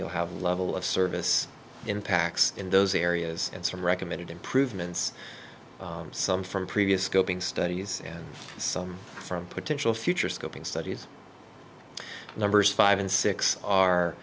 you'll have level of service impacts in those areas and some recommended improvements some from previous scoping studies some from potential future scoping studies numbers five and six